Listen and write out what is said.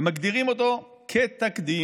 ומגדירים אותו כתקדים.